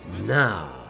Now